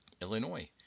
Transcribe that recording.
Illinois